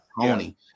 Tony